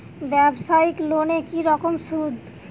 ব্যবসায়িক লোনে কি রকম সুদ?